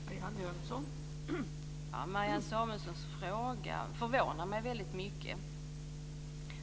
Fru talman! Marianne Samuelssons fråga förvånar mig väldigt mycket.